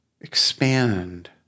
expand